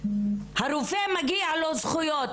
לרופא מגיעות זכויות,